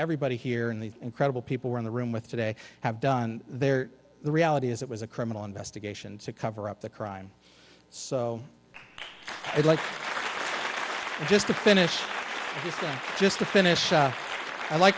everybody here in these incredible people were in the room with today have done there the reality is it was a criminal investigation to cover up the crime so i'd like just to finish just to finish up i like